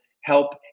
Help